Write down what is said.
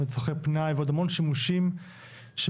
לצרכי פנאי ועוד המון שימושים שבהם